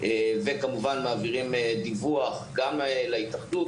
וכמובן מעבירים דיווח להתאחדות,